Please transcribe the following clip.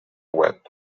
web